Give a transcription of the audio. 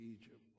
Egypt